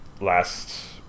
last